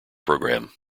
program